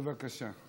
בבקשה.